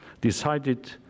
decided